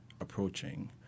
approaching